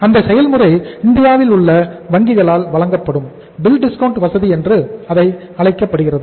அந்த செயல்முறை இந்தியாவில் உள்ள வங்கிகளால் வழங்கப்படும் பில் டிஸ்கவுண்ட் வசதி என்று அழைக்கப்படுகிறது